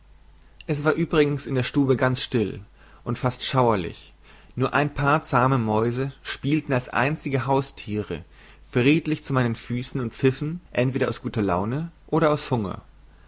es war übrigens in der stube ganz still und fast schauerlich nur ein paar zahme mäuse spielten als einzige hausthiere friedlich zu meinen füssen und pfiffen entweder aus guter laune oder aus hunger